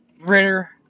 Ritter